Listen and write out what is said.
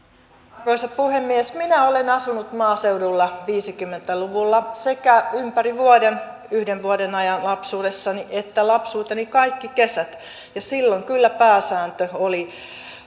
arvoisa puhemies minä olen asunut maaseudulla viisikymmentä luvulla sekä ympäri vuoden yhden vuoden ajan lapsuudessani että lapsuuteni kaikki kesät ja silloin kyllä pääsääntö oli